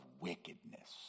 wickedness